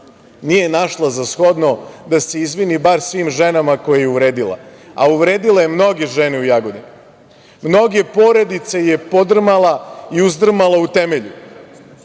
nije našla za shodno da se izvini bar svim ženama koje je uvredila, a uvredila je mnoge žene u Jagodini. Mnoge porodice je podrmala i uzdrmala u temelju.